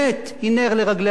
אלא אינטרס אחר,